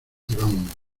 iván